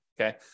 okay